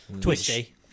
Twisty